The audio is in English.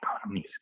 economies